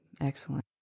Excellent